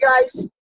guys